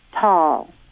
tall